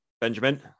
benjamin